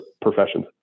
professions